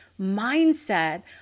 mindset